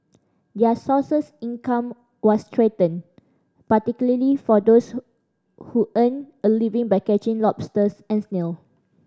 their sources income were threatened particularly for those who earn a living by catching lobsters and snail